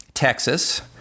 Texas